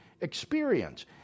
experience